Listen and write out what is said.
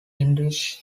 induced